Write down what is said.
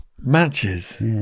Matches